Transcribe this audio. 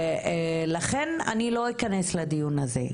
לכן אני לא אכנס לדיון הזה.